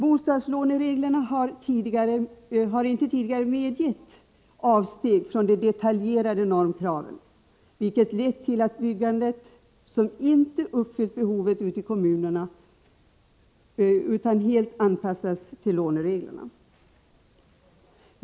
Bostadslånereglerna har inte tidigare medgett avsteg från de detaljerade normkraven, vilket lett fram till ett byggande som inte uppfyllt behovet ute i kommunerna utan helt anpassats till lånereglerna.